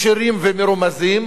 ישירים ומרומזים,